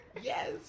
Yes